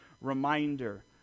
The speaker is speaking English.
Reminder